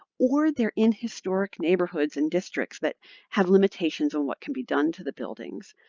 or they're in historic neighborhoods and districts that have limitations on what can be done to the buildings.